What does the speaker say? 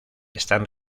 están